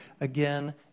again